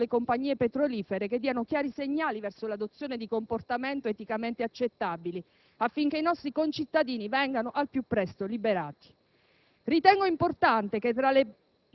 nei confronti del Governo nigeriano, ma anche verso le compagnie petrolifere, che diano chiari segnali verso l'adozione di comportamenti eticamente accettabili, affinché i nostri concittadini vengano al più presto liberati.